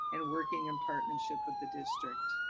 and working in partnership with the district.